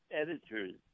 Editors